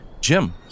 Jim